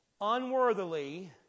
unworthily